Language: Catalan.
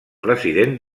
president